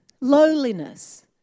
Lowliness